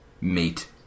meet